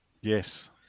Yes